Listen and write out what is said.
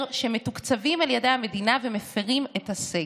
שמתוקצבים על ידי המדינה ומפירים את הסגר.